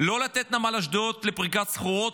לא לתת את נמל אשדוד לפריקת סחורות,